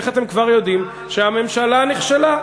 איך אתם כבר יודעים שהממשלה נכשלה.